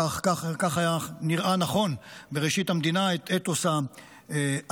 כך נראה נכון בראשית המדינה, את אתוס הגבורה,